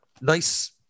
nice